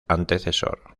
antecesor